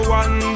one